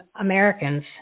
Americans